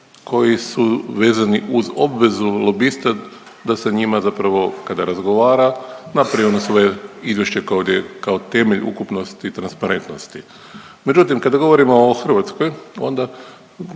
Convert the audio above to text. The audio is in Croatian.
koji su vezani uz obvezu lobista da se njima zapravo kada razgovara napravi ono svoje izvješće kao temelj ukupnosti i transparentnosti. Međutim, kada govorimo o Hrvatskoj onda